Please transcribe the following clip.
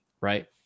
right